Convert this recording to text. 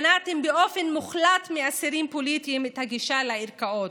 מנעתם באופן מוחלט מאסירים פוליטיים את הגישה לערכאות,